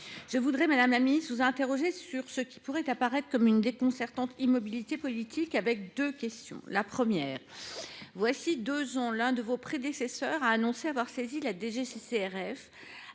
Je voudrais, madame la ministre, vous interroger sur ce qui pourrait apparaître comme une déconcertante immobilité politique. J’aurai deux questions. Voilà plus de deux ans, l’un de vos prédécesseurs a annoncé qu’il avait saisi la DGCCRF